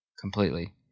completely